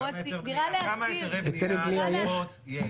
פרויקט "דירה להשכיר" --- כמה היתרי בנייה לדירות יש?